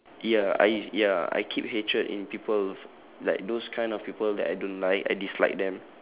ya I ya I keep hatred in people like those kind of people that I don't like I dislike them